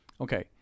okay